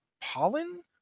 pollen